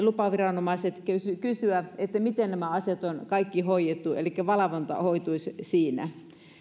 lupaviranomaiset sitten kysyä miten kaikki nämä asiat on hoidettu elikkä valvonta hoituisi siinä